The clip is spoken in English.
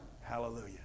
Hallelujah